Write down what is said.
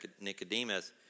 Nicodemus